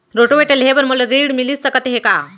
Rotavator लेहे बर मोला ऋण मिलिस सकत हे का?